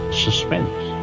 suspense